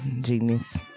genius